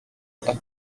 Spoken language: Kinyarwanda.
atinya